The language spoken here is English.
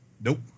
Nope